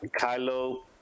Kylo